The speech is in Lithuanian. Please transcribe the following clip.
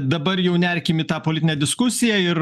dabar jau nerkim į tą politinę diskusiją ir